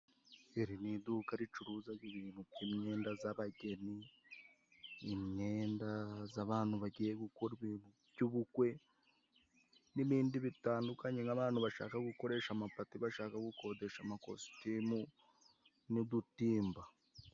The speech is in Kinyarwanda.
Iri ni iduka ricuruzaga ibintu by'imyenda z'abageni, imyenda z'abantu bagiye gukora ibintu by'ubukwe, n'ibindi bitandukanye, nk'abantu bashaka gukoresha amapati bashaka gukodesha amakositimu n'udutimba.